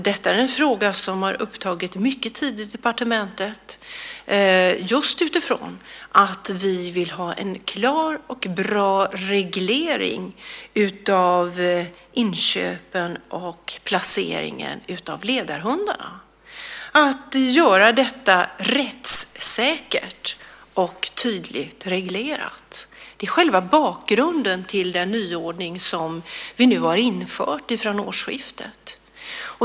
Detta är en fråga som har upptagit mycket tid i departementet just utifrån att vi vill ha en klar och bra reglering utav inköpen och placeringen av ledarhundarna och att vi vill göra detta rättssäkert och tydligt reglerat. Det är själva bakgrunden till den nyordning som vi nu har infört från årsskiftet.